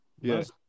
Yes